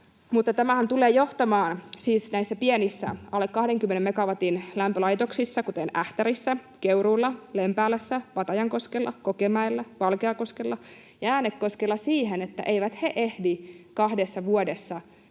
tämähän tulee johtamaan siis näissä pienissä, alle 20 megawatin lämpölaitoksissa, kuten Ähtärissä, Keuruulla, Lempäälässä, Vatajankoskella, Kokemäellä, Valkeakoskella ja Äänekoskella, siihen, että he eivät ehdi kahdessa vuodessa tehdä